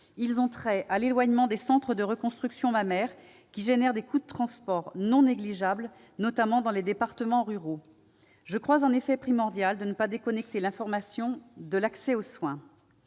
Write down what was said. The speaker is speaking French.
Ils ont trait à l'éloignement des centres de reconstruction mammaire, qui génèrent des coûts de transport non négligeables, notamment dans les départements ruraux. Je crois en effet primordial de ne pas déconnecter l'information de l'accès aux soins.